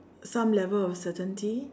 some level of certainty